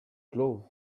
glove